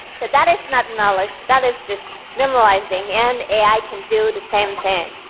so that is not knowledge, that is just memorizing, and ai can do the same thing.